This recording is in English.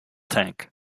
tank